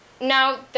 now